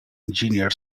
engineer